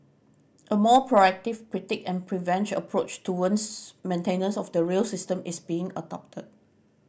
a more proactive predict and prevent approach towards maintenance of the rail system is being adopted